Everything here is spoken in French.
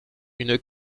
une